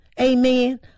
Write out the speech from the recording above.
Amen